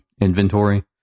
inventory